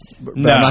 No